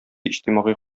иҗтимагый